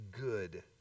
good